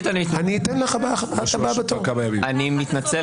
אני מתנצל